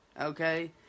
Okay